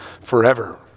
forever